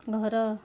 ଘର